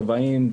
צבעים,